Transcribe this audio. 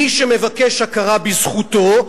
מי שמבקש הכרה בזכותו,